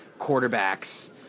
quarterbacks